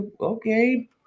okay